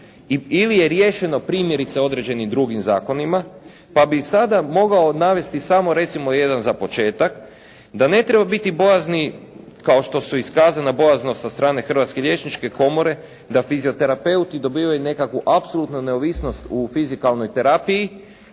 ili je riješeno primjerice određenim drugim zakonima pa bi sada mogao navesti samo recimo jedan za početak. Da ne treba biti bojazni kao što su iskazana bojaznost sa strane Hrvatske liječničke komore da fizioterapeuti dobivaju nekakvu apsolutnu neovisnost u fizikalnoj terapiji